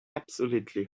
absolutely